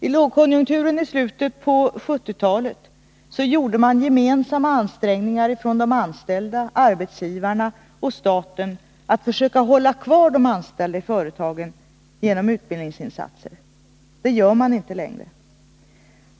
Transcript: I lågkonjunkturenislutet av 1970-talet gjorde man gemensamma ansträngningar från de anställda, arbetsgivare och staten att hålla kvar de anställda i företagen genom utbildningsinsatser. Det gör man inte längre.